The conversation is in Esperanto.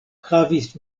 havis